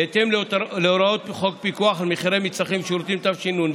בהתאם להוראות חוק פיקוח על מחירי מצרכים ושירותים,